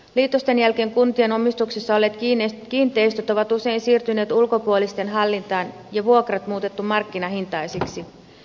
liitosten jälkeen kuntien omistuksessa olleet kiinteistöt ovat usein siirtyneet ulkopuolisten hallintaan ja vuokrat on muutettu markkinahintaisiksi